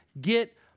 get